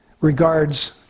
regards